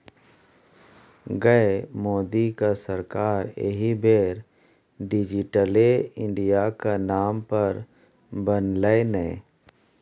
गै मोदीक सरकार एहि बेर डिजिटले इंडियाक नाम पर बनलै ने